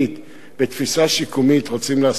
בתפיסה שיקומית רוצים לעשות את הדברים.